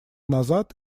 назад